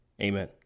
Amen